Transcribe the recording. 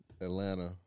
Atlanta